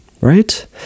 right